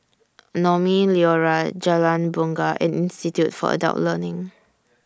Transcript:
Naumi Liora Jalan Bungar and Institute For Adult Learning